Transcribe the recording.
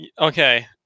okay